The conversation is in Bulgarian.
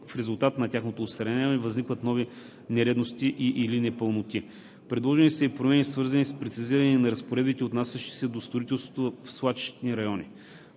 в резултат на тяхното отстраняване възникнат нови нередовности и/или непълноти. Предложени са и промени, свързани с прецизиране на разпоредбите, отнасящи се до строителството в свлачищни райони.